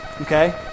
okay